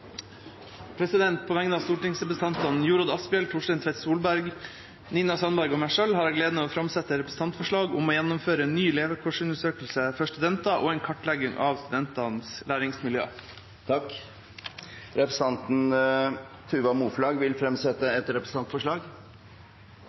representantforslag. På vegne av stortingsrepresentantene Jorodd Asphjell, Torstein Tvedt Solberg, Nina Sandberg og meg selv har jeg gleden av å framsette et representantforslag om å gjennomføre en ny levekårsundersøkelse for studenter og en kartlegging av studentenes læringsmiljø. Representanten Tuva Moflag vil fremsette